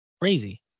Crazy